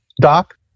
Doc